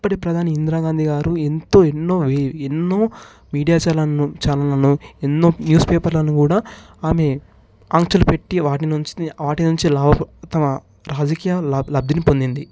అప్పటి ప్రధాని ఇందిరా గాంధీ గారు ఎంతో ఎన్నో ఎన్నో మీడియా ఛానెల్స్ను ఛానళ్ళను ఎన్నో న్యూస్ పేపర్లను కూడ ఆమె అంక్షలు పెట్టి వాటి నుంచి వాటి నుంచి లాభ తమ రాజకీయ లబ్ది లబ్దిని పొందింది